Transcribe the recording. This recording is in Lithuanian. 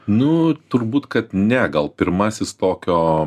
nu turbūt kad ne gal pirmasis tokio